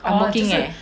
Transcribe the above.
I'm working eh